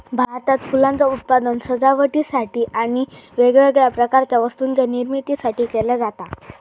भारतात फुलांचा उत्पादन सजावटीसाठी आणि वेगवेगळ्या प्रकारच्या वस्तूंच्या निर्मितीसाठी केला जाता